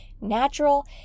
natural